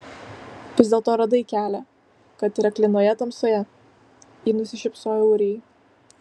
vis dėlto radai kelią kad ir aklinoje tamsoje ji nusišypsojo ūrijai